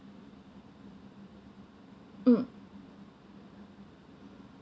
mm